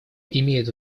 имеют